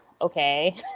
okay